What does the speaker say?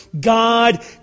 God